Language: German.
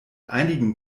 einigen